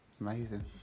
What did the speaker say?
amazing